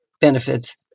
benefits